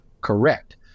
correct